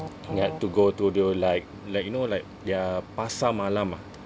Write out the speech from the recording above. get to go to do like like you know like their pasar malam ah